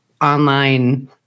online